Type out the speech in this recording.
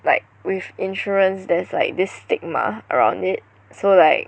like with insurance there's like this stigma around it so like